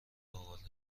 آوردین